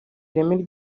ireme